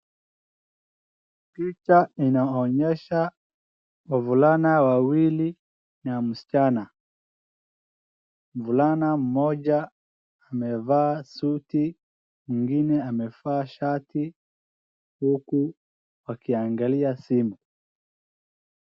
Picha inaonyesha wavulana wawili na msichana. Mvulana mmoja amevaa suti mwingine amevaa shati huku wakiangalia simu.